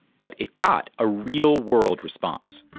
but it got a real-world response